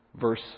verse